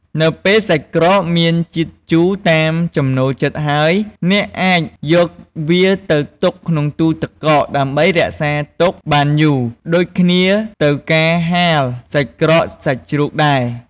នៅពេលសាច់ក្រកមានជាតិជូរតាមចំណូលចិត្តហើយ អ្នកអាចយកវាទៅទុកក្នុងទូរទឹកកក ដើម្បីរក្សាទុកបានយូរ ដូចគ្នាទៅការហាលសាច់ក្រកសាច់ជ្រូកដែរ។